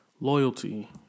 loyalty